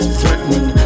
threatening